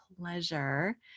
pleasure